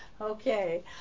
Okay